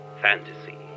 Fantasy